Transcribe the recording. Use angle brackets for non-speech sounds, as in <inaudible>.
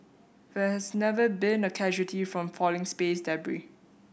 there has never been a casualty from falling space <unintelligible>